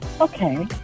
Okay